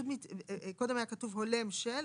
ושל"; קודם היה כתוב: "הולם של",